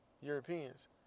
Europeans